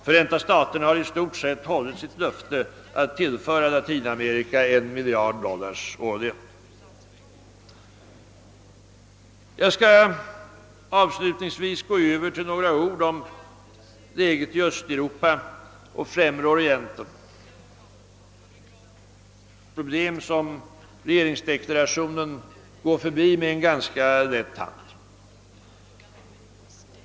Förenat staterna har i stort sett hållit sitt löfte att tillföra Latinamerika 1 miljard dollars årligen. Härefter skall jag gå över till att säga något om läget i Östeuropa och Främre Orienten. Problemen där går regeringsdeklarationen förbi med ganska lätt hand.